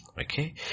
okay